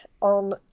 on